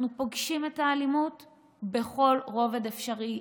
אנחנו פוגשים את האלימות בכל רובד אפשרי,